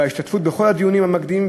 וההשתתפות בכל הדיונים המקדימים,